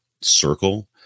circle